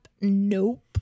nope